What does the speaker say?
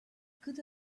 good